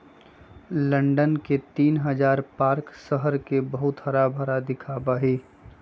London के तीन हजार पार्क शहर के बहुत हराभरा दिखावा ही